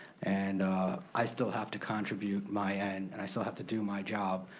and i still have to contribute my end, and i still have to do my job.